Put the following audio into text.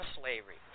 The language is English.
slavery